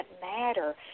matter